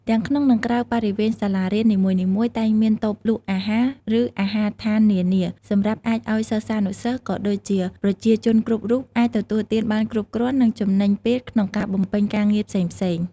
ទាំងក្នុងនិងក្រៅបរិវេនសាលារៀននីមួយៗ តែងមាន តូបលក់អាហារឫអាហារដ្ឋាននានា សម្រាប់អាចឱ្យសិស្សានុសិស្សក៏ដូចជាប្រជាជនគ្រប់រូបអាចទទួលទានបានគ្រប់គ្រាន់និងចំណេញពេលក្នុងការបំពេញការងារផ្សេងៗ។